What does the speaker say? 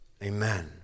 amen